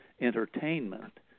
Entertainment